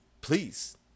please